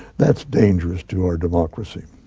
that's dangerous to our democracy.